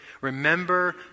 Remember